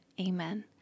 Amen